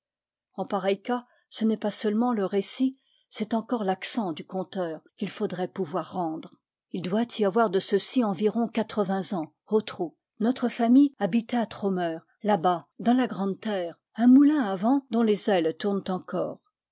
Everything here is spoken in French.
en pareil cas ce n'est pas seulement le récit c'est encore l'accent du conteur qu'il faudrait pou voir rendre il doit y avoir de ceci environ quatre-vingts ans ôtrou notre famille habitait à trômeur là-bas dans la grande terre un moulin à vent dont les ailes tournent encore